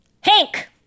Hank